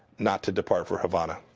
not to depart for havana.